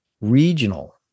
regional